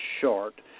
short